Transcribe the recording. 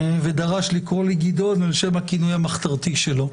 ודרש לקרוא לי גדעון על שם הכינוי המחתרתי שלו.